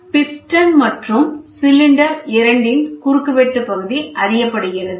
piston மற்றும் cylinder இரண்டின் குறுக்கு வெட்டு பகுதி அறியப்படுகிறது